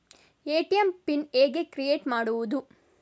ATM pin ಹೇಗೆ create ಮಾಡುವುದು?